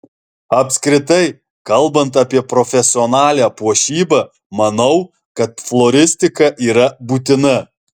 apskritai kalbant apie profesionalią puošybą manau kad floristika yra būtina